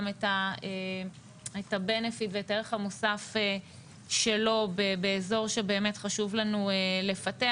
את הבנפיט ואת הערך המוסף שלו באזור שבאמת חשוב לנו לפתח,